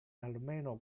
almeno